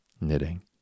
knitting